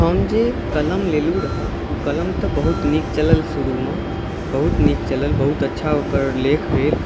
हम जे कलम लेलहुॅं रहऽ ओ कलम तऽ बहुत नीक चलल शुरूमे बहुत नीक चलल बहुत अच्छा ओकर लेख भेल